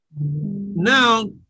Now